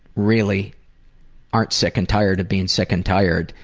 really aren't sick and tired of being sick and tired,